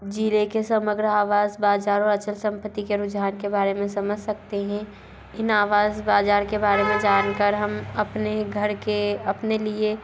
जीरे के समग्र आवास बाज़ार अचल संपत्ति के रुझान के बारे में समझ सकते हैं इन आवास बाज़ार के बारे में जान कर हम अपने घर के अपने लिए